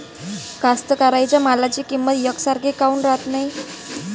कास्तकाराइच्या मालाची किंमत यकसारखी काऊन राहत नाई?